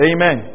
Amen